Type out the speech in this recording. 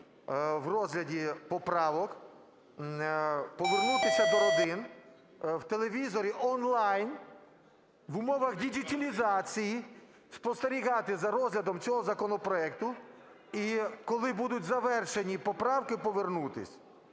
в розгляді поправок, повернутися до родин; в телевізорі онлайн в умовах діджиталізації спостерігати за розглядом цього законопроекту і, коли будуть завершені поправки, повернутися.